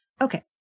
Okay